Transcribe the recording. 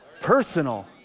Personal